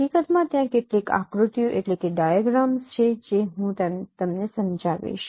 હકીકત માં ત્યાં કેટલીક આકૃતિઓ છે જે હું તમને સમજાવીશ